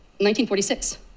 1946